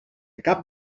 cap